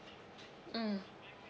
mm